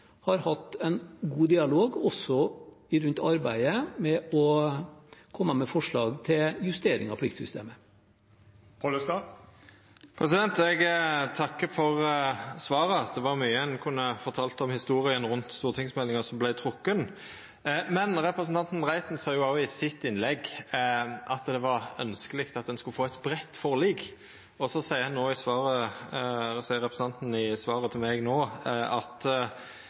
har hatt en god dialog også om arbeidet med å komme med forslag til justering av pliktsystemet. Eg takkar for svaret. Det er mykje ein kunne ha fortalt om historia rundt stortingsmeldinga som vart trekt. Representanten Reiten sa jo i sitt innlegg at det var ønskjeleg at ein skulle få eit breitt forlik. Så seier representanten i svaret til meg no at det er ein dialog med statsråden om pliktmeldinga. Då vert eg litt i tvil. Er det slik at